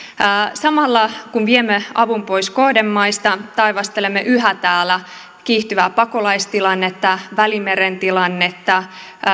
samalla kun viemme avun pois kohdemaista taivastelemme yhä täällä kiihtyvää pakolaistilannetta välimeren tilannetta